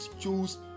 choose